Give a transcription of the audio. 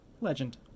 Legend